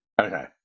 Okay